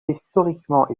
historiquement